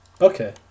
Okay